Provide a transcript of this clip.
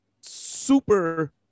super